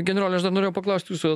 generole aš dar norėjau paklaust jūsų